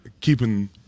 keeping